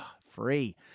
Free